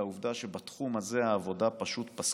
לעובדה שבתחום הזה העבודה פשוט פסקה.